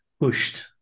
pushed